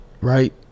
right